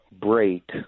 break